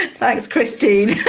and thanks christine.